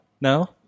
No